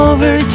Over